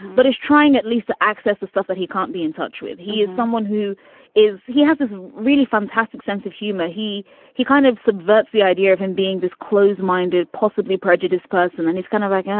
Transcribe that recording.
but is trying at least to access the stuff that he can't be in touch with. he is someone who is he has this really fantastic sense of humor. he he kind of subverts the idea of him being this close minded, possibly prejudice person. and he's kind of like,